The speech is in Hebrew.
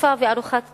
וארוכת טווח,